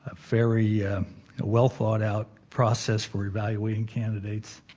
ah very well thought out process for evaluating candidates